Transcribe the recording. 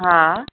हा